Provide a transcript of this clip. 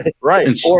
Right